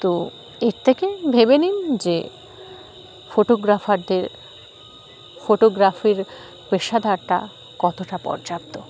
তো এর থেকে ভেবে নিন যে ফটোগ্রাফারদের ফোটোগ্রাফির পেশাদারটা কতটা পর্যাপ্ত